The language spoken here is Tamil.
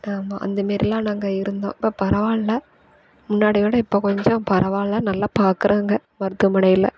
ஆமாம் அந்த மாதிரிலாம் நாங்கள் இருந்தோம் இப்போ பரவாயில்ல முன்னாடி விட இப்போ கொஞ்சம் பரவாயில்ல நல்லா பார்க்குறாங்க மருத்துவமனையில